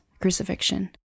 crucifixion